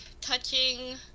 touching